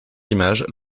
images